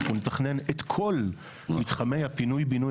אנחנו נתכנן את כל מתחמי הפינוי בינוי